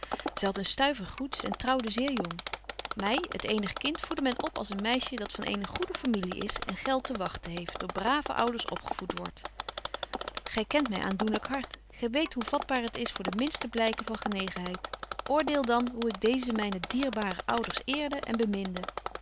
zy hadt een stuiver goeds en trouwde zeer jong my het eenig kind voedde men op als een meisje dat van eene goede familie is en geld te wagten heeft door brave ouders opgevoed wordt gy kent myn aandoenlyk hart gy weet hoe vatbaar het is voor de minste blyken van genegenheid oordeel dan hoe ik deeze myne dierbare ouders eerde en beminde